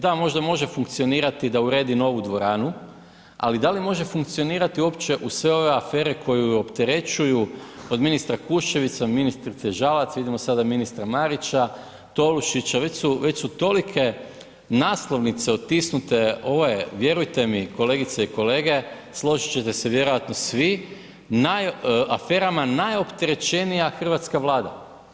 Da, možda može funkcionirati da uredi novu dvoranu, ali da li može funkcionirati uopće uz sve ove afere koje ju opterećuju, od ministra Kuščevića, ministrice Žalac, vidimo sada ministra Marića, Tolušića, već su tolike naslovnice otisnute, ova je vjerujte mi, kolegice i kolege, složit ćete se vjerojatno svi, aferama najopterećenija hrvatska Vlada.